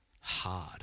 hard